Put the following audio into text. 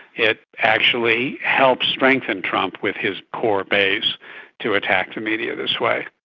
it actually helps strengthen trump with his core base to attack the media this way.